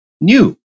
new